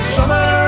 Summer